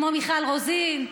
כמו מיכל רוזין,